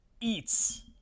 eats